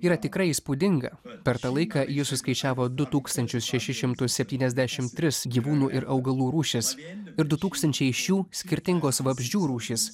yra tikrai įspūdinga per tą laiką ji suskaičiavo du tūkstančius šešis šimtus septyniasdešimt tris gyvūnų ir augalų rūšys ir du tūkstančiai iš jų skirtingos vabzdžių rūšys